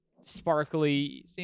sparkly